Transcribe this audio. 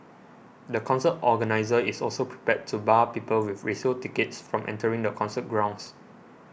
the concert organiser is also prepared to bar people with resale tickets from entering the concert grounds